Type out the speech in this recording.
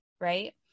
right